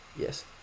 Yes